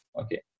okay